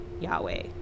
yahweh